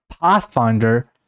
Pathfinder